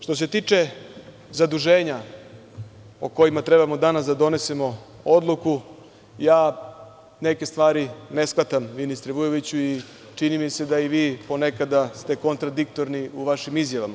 Što se tiče zaduženja o kojima treba danas da donesemo odluku, ja neke stvari ne shvatam, ministru Vujoviću, i čini mi se da i vi ponekada ste kontradiktorni u vašim izjavama.